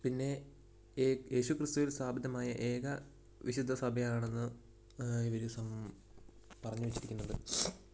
പിന്നെ യേശു യേശു ക്രിസ്തുവിൽ സ്ഥാപിതമായ ഏക വിശുദ്ധ സഭയാണെന്ന് ഇവർ പറഞ്ഞു വെച്ചിരിക്കുന്നത്